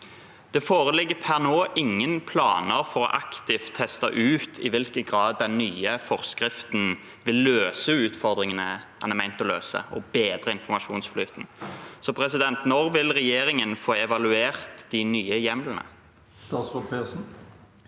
Det foreligger per nå ingen planer for aktivt å teste ut i hvilken grad den nye forskriften vil løse utfordringene den er ment å løse: å bedre informasjonsflyten. Når vil regjeringen få evaluert de nye hjemlene?